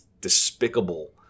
despicable